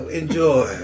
enjoy